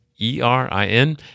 E-R-I-N